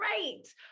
great